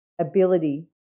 ability